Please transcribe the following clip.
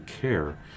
care